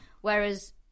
whereas